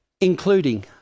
including